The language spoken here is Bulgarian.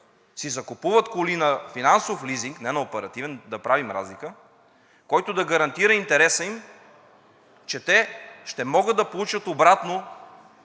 си закупуват коли на финансов лизинг, не на оперативен, да правим разлика, интереса им, че те ще могат да получат обратно